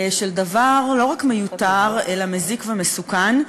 של דבר לא רק מיותר אלא מזיק ומסוכן,